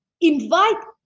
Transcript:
invite